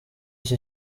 iki